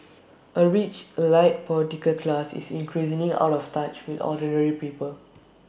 A rich elite political class is increasingly out of touch with ordinary people